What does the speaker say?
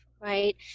right